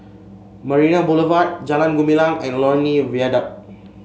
Marina Boulevard Jalan Gumilang and Lornie Viaduct